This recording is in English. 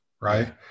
right